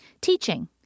teaching